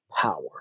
power